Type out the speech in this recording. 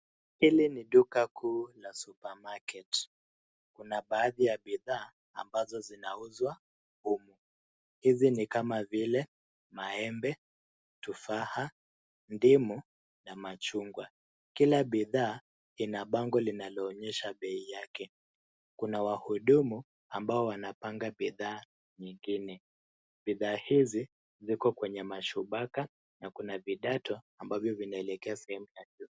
Hili ni duka kuu la Supermarket. Kuna baadhi ya bidhaa, ambazo zinauzwa humu. Hizi ni kama vile, maembe, tufaha, ndimu, na machungwa. Kila bidhaa, ina bango linaloonyesha bei yake. Kuna wahudumu, ambao wanapanga bidhaa nyingine. Bidhaa hizi, ziko kwenye mashubaka, na kuna vidato ambavyo vinaelekea sehemu ya juu.